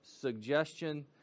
suggestion